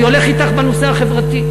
אני הולך אתך בנושא החברתי.